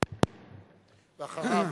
אחריו,